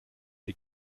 sie